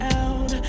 out